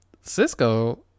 Cisco